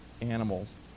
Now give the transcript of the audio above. animals